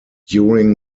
during